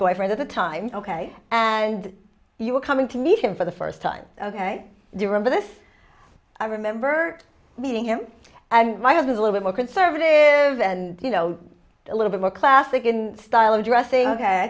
boyfriend at the time ok and you were coming to meet him for the first time ok do you remember this i remember meeting him and my cousins a little more conservative and you know a little bit more classic in style of dressing